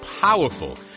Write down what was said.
powerful